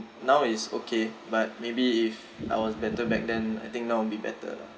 now it's okay but maybe if I was better back then I think now would be better lah